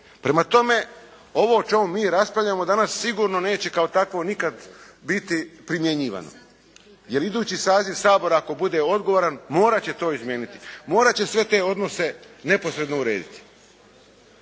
Prema tome, ovo o čemu mi raspravljamo danas sigurno neće kao takvo nikad biti primjenjivano, jer idući saziv Sabora ako bude odgovoran morat će to izmijeniti, morat će sve te odnose neposredno urediti.